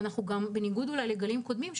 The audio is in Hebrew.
בניגוד לגלים קודמים,